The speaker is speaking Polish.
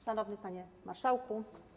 Szanowny Panie Marszałku!